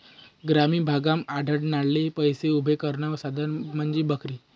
ग्रामीण भागमा आडनडले पैसा उभा करानं साधन म्हंजी बकरी